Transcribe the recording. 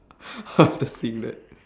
after seeing that